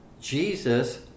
Jesus